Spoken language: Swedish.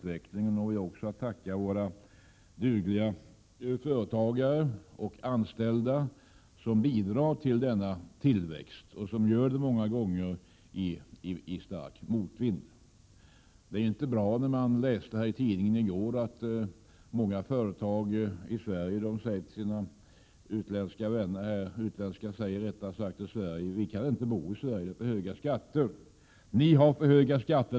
Vi har också att tacka våra dugliga företagare och anställda som bidrar till denna tillväxt, trots att de många gånger arbetar i stark motvind. Det är inte bra att, som vi kunde läsa i tidningen i går, utländska företagare säger till sina svenska vänner att de inte vågar investera i Sverige eftersom vi här har för höga skatter.